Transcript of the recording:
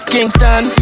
Kingston